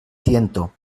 ciento